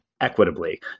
equitably